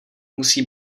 musí